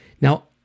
Now